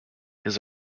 his